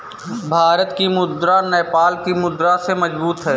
भारत की मुद्रा नेपाल की मुद्रा से मजबूत है